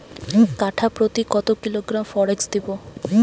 কাঠাপ্রতি কত কিলোগ্রাম ফরেক্স দেবো?